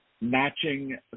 matching